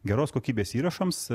geros kokybės įrašams